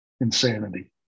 Insanity